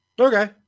okay